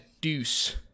deuce